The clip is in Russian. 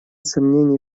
сомнений